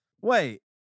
Wait